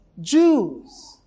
Jews